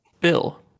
Bill